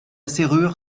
serrure